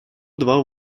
два